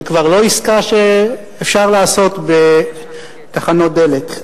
זאת כבר לא עסקה שאפשר לעשות בתחנות דלק.